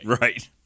Right